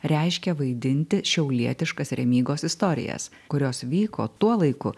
reiškia vaidinti šiaulietiškas remygos istorijas kurios vyko tuo laiku